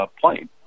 plane